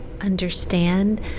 understand